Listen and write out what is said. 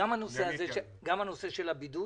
גם נושא הבידוד